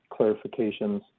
clarifications